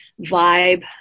vibe